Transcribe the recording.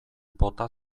bota